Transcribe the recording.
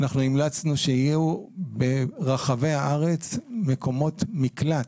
אנחנו המלצנו שיהיו ברחבי הארץ מקומות מקלט,